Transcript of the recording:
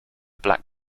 black